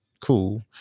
Cool